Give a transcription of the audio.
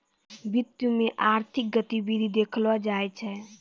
वित्त मे आर्थिक गतिविधि देखलो जाय छै